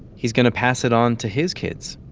he's going to pass it on to his kids.